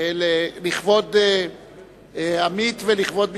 לכבוד עמית ולכבוד משפחתו,